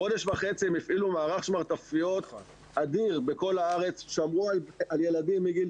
חודש וחצי הם הפעילו מערך שמרטפיות אדיר בכל הארץ ושמרו על ילדים מגיל